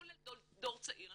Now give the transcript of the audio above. כולל דור צעיר,